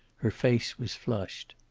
her face was flushed.